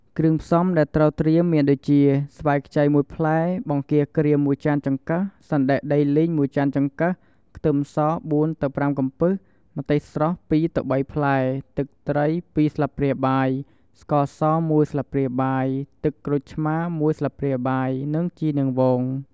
គ្រឿងផ្សំដែលត្រូវត្រៀមមានដូចជា ស្វាយខ្ចី ១ ផ្លែ បង្គាក្រៀម ១ ចានចង្កឹះ សណ្ដែកដីលីង ១ ចានចង្កឹះ ខ្ទឹមស ៤ ទៅ ៥ កំពឹស ម្ទេសស្រស់ ២ ទៅ ៣ ផ្លែ ទឹកត្រី ២ ស្លាបព្រាបាយ ស្ករស ១ ស្លាបព្រាបាយ ទឹកក្រូចឆ្មារ ១ ស្លាបព្រាបាយ និង ជីនាងវង។